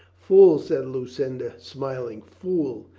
fool, said lucinda smiling, fool.